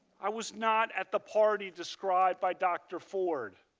i was not at the party described by dr. ford.